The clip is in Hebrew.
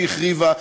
שהיא החריבה,